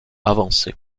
avancé